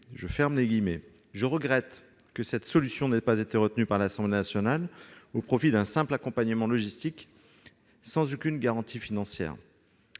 de sécurité mal connus. » Je regrette que cette solution n'ait pas été retenue par l'Assemblée nationale, qui lui a préféré un simple accompagnement logistique sans aucune garantie financière.